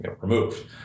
removed